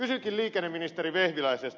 kysynkin liikenneministeri vehviläiseltä